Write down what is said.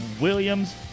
Williams